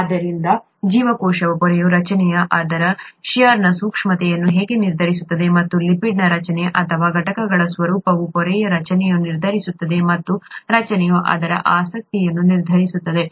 ಆದ್ದರಿಂದ ಜೀವಕೋಶ ಪೊರೆಯ ರಚನೆಯು ಅದರ ಷೇರ್ನ ಸೂಕ್ಷ್ಮತೆಯನ್ನು ಹೇಗೆ ನಿರ್ಧರಿಸುತ್ತದೆ ಮತ್ತು ಲಿಪಿಡ್ಗಳ ರಚನೆ ಅಥವಾ ಘಟಕಗಳ ಸ್ವರೂಪವು ಪೊರೆಯ ರಚನೆಯನ್ನು ನಿರ್ಧರಿಸುತ್ತದೆ ಮತ್ತು ರಚನೆಯು ಅದರ ಆಸ್ತಿಯನ್ನು ನಿರ್ಧರಿಸುತ್ತದೆ